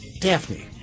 Daphne